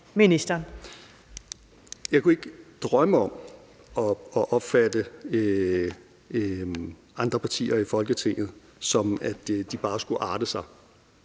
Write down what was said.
Hækkerup): Jeg kunne ikke drømme om at opfatte andre partier i Folketinget på den måde, at de bare skulle arte sig,